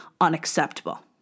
unacceptable